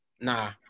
Nah